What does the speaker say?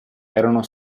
erano